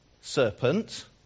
...serpent